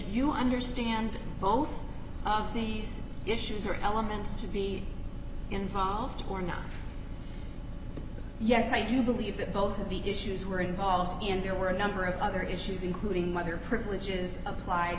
you understand both of these issues or elements to be involved or not yes i do believe that both of the issues were involved and there were a number of other issues including mother privileges applied